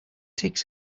takes